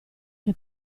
che